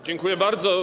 Dziękuję bardzo.